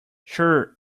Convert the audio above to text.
sure